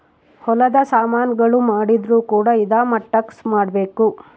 ಹೊಲದ ಸಾಮನ್ ಗಳು ಮಾಡಿದ್ರು ಕೂಡ ಇದಾ ಮಟ್ಟಕ್ ಮಾಡ್ಬೇಕು